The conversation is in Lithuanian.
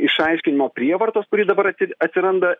išaiškinimo prievartos kuri dabar atsi atsiranda